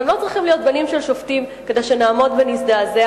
והם לא צריכים להיות בנים של שופטים כדי שנעמוד ונזדעזע.